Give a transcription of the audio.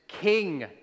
King